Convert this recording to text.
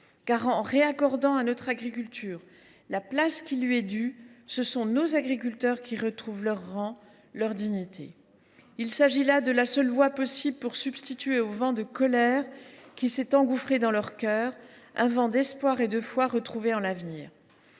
Car en redonnant à notre agriculture la place qui lui est due, ce sont nos agriculteurs qui retrouvent leur rang, leur dignité. Il s’agit là de la seule voie possible pour substituer au vent de colère qui s’est engouffré dans leur cœur un vent d’espoir et de foi retrouvée en l’avenir.